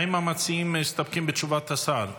האם המציעים מסתפקים בתשובת השר?